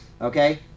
Okay